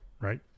Right